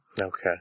Okay